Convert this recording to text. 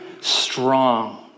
strong